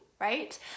Right